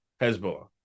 hezbollah